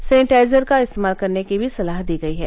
sanitiser का इस्तेमाल करने की भी सलाह दी गई है